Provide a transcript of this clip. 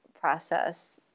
process